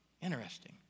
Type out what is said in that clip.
Interesting